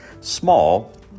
small